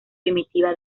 primitiva